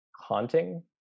haunting